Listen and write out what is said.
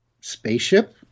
Spaceship